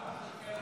כולם.